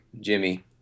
Jimmy